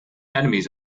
enemies